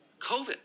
COVID